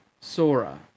Sora